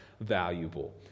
valuable